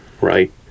right